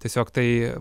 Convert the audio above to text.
tiesiog tai